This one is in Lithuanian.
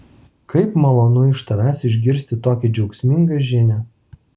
kaip malonu iš tavęs išgirsti tokią džiaugsmingą žinią